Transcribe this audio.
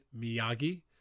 Miyagi